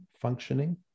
functioning